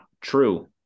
true